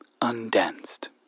Undanced